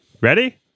Ready